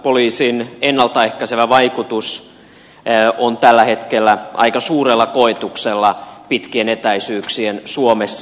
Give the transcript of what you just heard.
poliisin ennalta ehkäisevä vaikutus on tällä hetkellä aika suurella koetuksella pitkien etäisyyksien suomessa